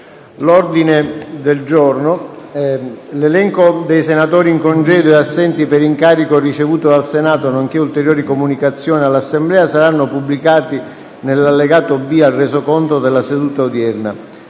finestra"). L'elenco dei senatori in congedo e assenti per incarico ricevuto dal Senato, nonché ulteriori comunicazioni all'Assemblea saranno pubblicati nell'allegato B al Resoconto della seduta odierna.